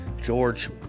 George